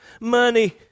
money